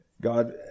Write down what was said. God